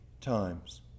times